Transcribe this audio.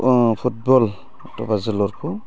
football अरथबा जोलुरखौ